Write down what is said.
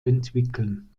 entwickeln